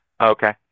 Okay